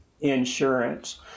insurance